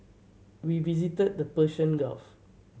we visited the Persian Gulf